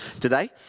today